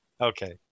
Okay